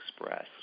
express